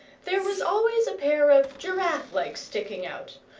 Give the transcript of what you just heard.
there was always a pair of giraffe-legs sticking out,